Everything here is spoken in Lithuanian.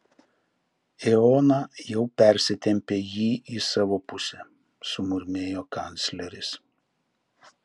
eoną jau persitempė jį į savo pusę sumurmėjo kancleris